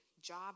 Job